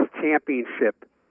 championship